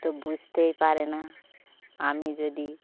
তো বুঝতেই পারে না আমি যদি